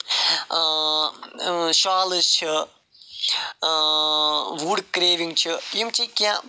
shawls چھِ wood carving چھِ یِم چھِ کیٚنٛہہ